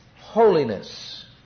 holiness